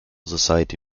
society